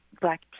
black